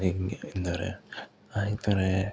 എങ്കിൽ എന്താ പറയാ ആയിത്തറ